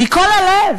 מכל הלב.